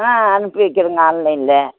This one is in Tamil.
ஆ அனுப்பி வைக்கிறங்க ஆன்லைனில்